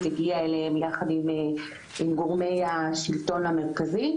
הגיעה אליהם יחד עם גורמי השלטון המרכזי.